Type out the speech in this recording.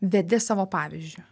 vedi savo pavyzdžiu